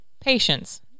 Patience